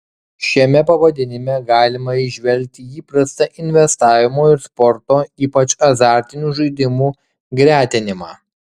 šiame pavadinime galima įžvelgti įprastą investavimo ir sporto ypač azartinių žaidimų gretinimą